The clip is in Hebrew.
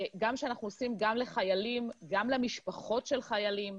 שאנחנו עושים גם לחיילים, גם למשפחות של חיילים,